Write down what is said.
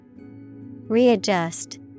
Readjust